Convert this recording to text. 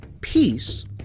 Peace